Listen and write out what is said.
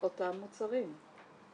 אותם מוצרים.